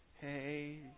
hey